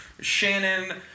Shannon